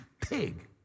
pig